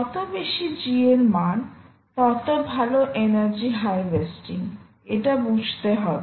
যত বেশি G এর মান তত ভালো এনার্জি হারভেস্টিং এটা বুঝতে হবে